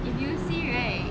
if you see right